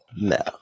no